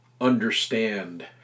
understand